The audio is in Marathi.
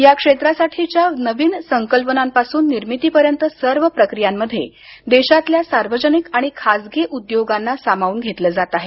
या क्षेत्रासाठीच्या नवीन संकल्पनांपासून निर्मितीपर्यंत सर्व प्रक्रियांमध्ये देशातल्या सार्वजनिक आणि खासगी उद्योगांना सामावून घेतलं जात आहे